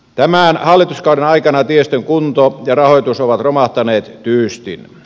tämän hallituskauden aikana tiestön kunto ja rahoitus ovat romahtaneet tyystin